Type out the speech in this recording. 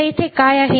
आता इथे काय आहे